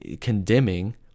condemning